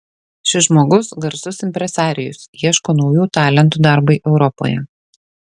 šis žmogus garsus impresarijus ieško naujų talentų darbui europoje